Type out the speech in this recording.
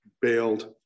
bailed